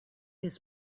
his